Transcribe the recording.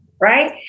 Right